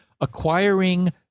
acquiring